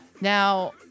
Now